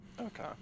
Okay